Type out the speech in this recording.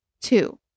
Two